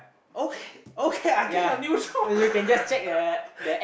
okay okay I get a new job